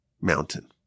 mountain